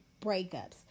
breakups